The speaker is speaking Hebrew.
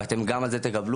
ואתם גם על זה תקבלו,